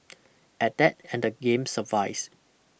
adapt and the game survives